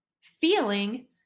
feeling